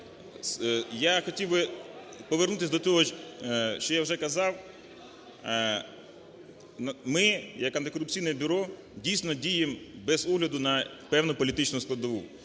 Я хотів би повернутись до того, що я вже казав, ми як Антикорупційне бюро дійсно діємо без огляду на певну політичну складову.